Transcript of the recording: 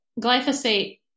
glyphosate